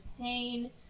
pain